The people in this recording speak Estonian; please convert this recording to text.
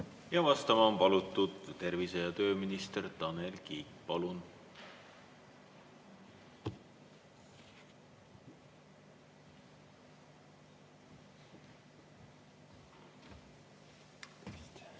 Vastama on palutud tervise- ja tööminister Tanel Kiik. Palun!